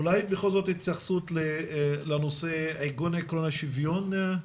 אולי בכל זאת התייחסות לנושא עיגון עקרון השוויון.